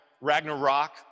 Ragnarok